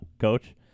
coach